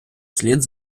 слід